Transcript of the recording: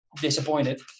disappointed